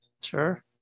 Sure